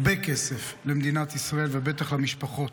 הרבה כסף, למדינת ישראל ובטח למשפחות.